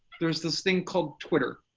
there's this thing called twitter.